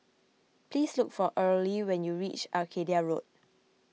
please look for Earlie when you reach Arcadia Road